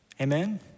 Amen